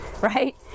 right